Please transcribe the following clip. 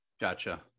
gotcha